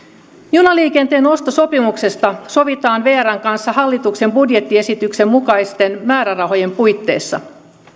junaliikenteen ostosopimuksesta sovitaan vrn kanssa hallituksen budjettiesityksen mukaisten määrärahojen puitteissa